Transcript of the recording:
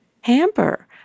hamper